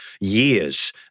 years